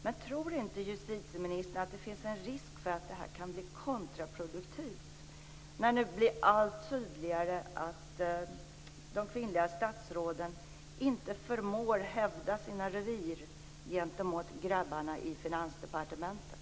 Men tror inte justitieministern att det finns en risk för att detta kan bli kontraproduktivt, när det blir allt tydligare att de kvinnliga statsråden inte förmår hävda sina revir gentemot grabbarna i Finansdepartementet?